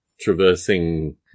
traversing